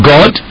God